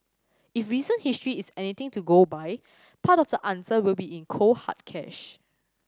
if recent history is anything to go by part of the answer will be in cold hard cash